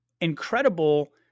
incredible